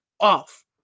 off